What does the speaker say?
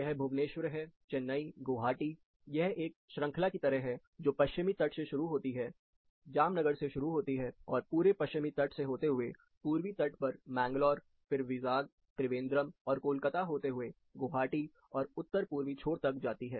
यह भुवनेश्वर है चेन्नई गुवाहाटी यह एक श्रंखला की तरह है जो पश्चिमी तट शुरू होती है जामनगर से शुरू होती है और पूरे पश्चिमी तट से होते हुए पूर्वी तट पर मैंगलोर फिर विजाग त्रिवेंद्रम और कोलकाता होते हुए गुवाहाटी और उत्तर पूर्वी छोर तक जाती है